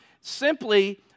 simply